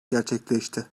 gerçekleşti